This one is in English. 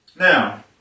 Now